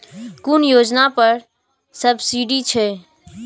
कुन योजना पर सब्सिडी छै?